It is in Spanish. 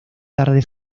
tarde